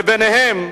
וביניהם,